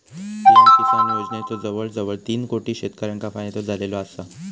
PM Kisan योजनेचो जवळजवळ तीन कोटी शेतकऱ्यांका फायदो झालेलो आसा